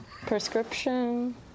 Prescription